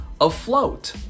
afloat